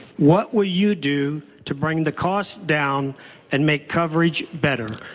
what will you do to bring the cost down and make coverage better?